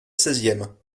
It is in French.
seizième